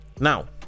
Now